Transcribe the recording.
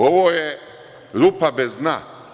Ovo je rupa bez dna.